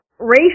Race